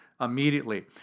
immediately